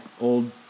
old